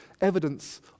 evidence